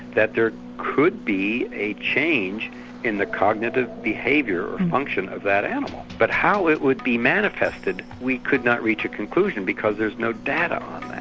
that there could be a change in the cognitive behaviour or function of that animal, but how it would be manifested we could not reach a conclusion because there's no data on that.